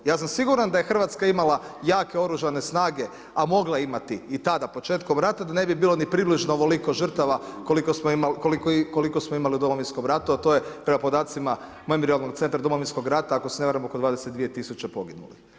Ja sam siguran da je Hrvatska imala jake oružane snage, a mogla je imati i tada početkom rata da ne bi bilo približno ovoliko žrtava koliko smo imali u Domovinskom ratu, a to je prema podacima memorijalnog centra Domovinskog rata, ako se ne varam oko 22 000 poginulih.